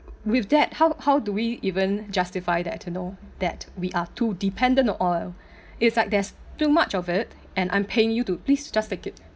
with that how how do we even justify that you know that we are too dependent on oil it's like there's too much of it and I'm paying you to please just take it